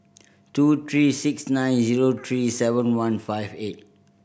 two three six nine zero three seven one five eight